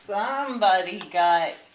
somebody got